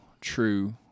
true